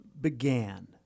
began